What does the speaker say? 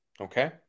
Okay